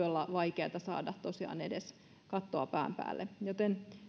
olla vaikeata saada edes kattoa pään päälle joten